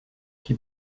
qui